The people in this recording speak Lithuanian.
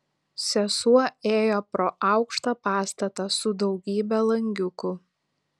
sesuo ėjo pro aukštą pastatą su daugybe langiukų